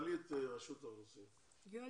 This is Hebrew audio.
תעלי את רשות האוכלוסין.